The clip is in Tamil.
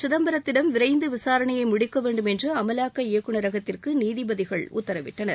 சிதம்பரத்திடம் விரைந்து விசாரணையை முடிக்க வேண்டும் என்று அமலாக்க இயக்குனரகத்திற்கு நீதிபதிகள் உத்தரவிட்டனர்